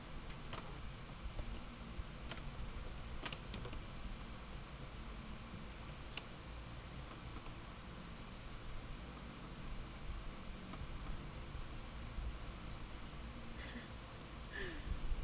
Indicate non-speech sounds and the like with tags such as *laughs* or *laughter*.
*laughs*